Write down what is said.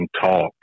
talk